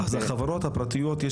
אז החברות הפרטיות,